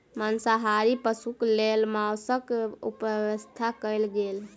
मांसाहारी पशुक लेल मौसक व्यवस्था कयल गेल